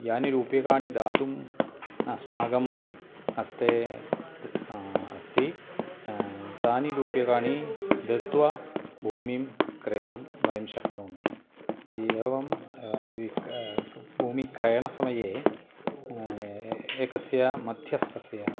यानि रूप्यकाणि दातुम् अस्माकम् हस्ते अस्ति तानि रूप्यकाणि दत्वा भूमिं क्रेतुं वयं शक्नोमि एवं भूमि क्रयणसमये एकस्य मध्यस्तस्य